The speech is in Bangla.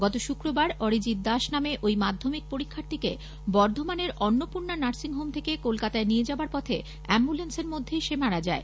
গত শুক্রবার অরিজিত দাস নামে ঐ মাধ্যমিক পরীক্ষার্থীকে বর্ধমানের অন্নপূর্ণা নার্সিংহোম থেকে কলকাতা নিয়ে যাবার পথে অ্যাম্বলেন্সের মধ্যেই সে মারা যায়